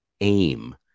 aim